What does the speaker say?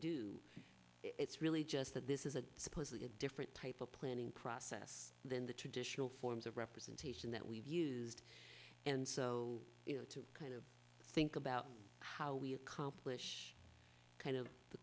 do it's really just that this is a supposedly a different type of planning process than the traditional forms of representation that we've used and so you know to kind of think about how we accomplish kind of the